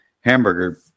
hamburger